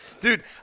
Dude